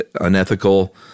unethical